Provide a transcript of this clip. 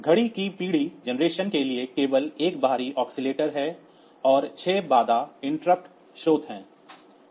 घड़ी की पीढ़ी के लिए केवल 1 बाहरी ऑसिलेटर है और 6 बाधा स्रोत हैं